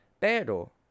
Pero